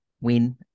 win